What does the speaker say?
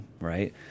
right